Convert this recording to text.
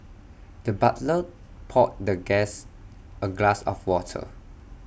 the butler poured the guest A glass of water